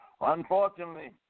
Unfortunately